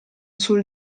sul